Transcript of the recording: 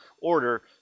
order